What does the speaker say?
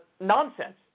nonsense